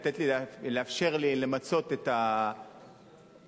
לאפשר לי למצות את הדיונים,